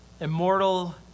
immortal